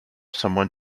someone